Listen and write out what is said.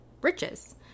riches